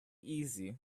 easy